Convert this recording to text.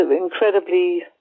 incredibly